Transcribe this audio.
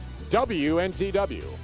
WNTW